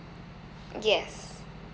yes